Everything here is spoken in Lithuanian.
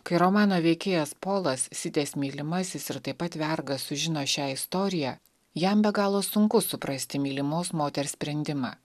kai romano veikėjas polas sitės mylimasis ir taip pat vergas sužino šią istoriją jam be galo sunku suprasti mylimos moters sprendimą